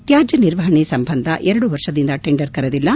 ತ್ಕಾಜ್ಞ ನಿರ್ವಹಣೆ ಸಂಬಂಧ ಎರಡು ವರ್ಷದಿಂದ ಟೆಂಡರ್ ಕರೆದಿಲ್ಲ